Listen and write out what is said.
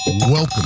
Welcome